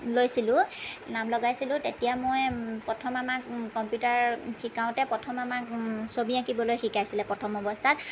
লৈছিলো নাম লগাইছিলো তেতিয়া মই প্ৰথম আমাক কম্পিউটাৰ শিকাওঁতে প্ৰথম আমাক ছবি আঁকিবলৈ শিকাইছিলে প্ৰথম অৱস্থাত